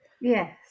yes